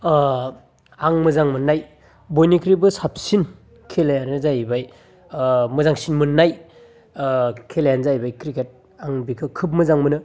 अ आं मोजां मोन्नाय बयनिख्रुइबो साबसिन खेलायानो जाहैबाय ओ मोजांसिन मोन्नाय ओ खेलायानो जाहैबाय क्रिकेट आं बेखौ खोब मोजां मोनो